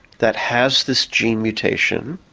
that has this gene mutation,